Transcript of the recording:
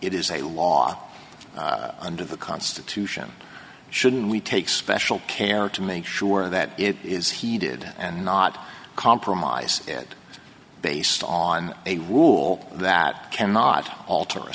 it is a law under the constitution shouldn't we take special care to make sure that it is heated and not compromise it based on a rule that cannot alter a